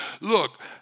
look